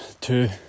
two